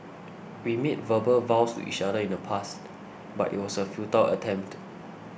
we made verbal vows to each other in the past but it was a futile attempt